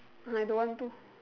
I don't want to